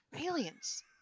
aliens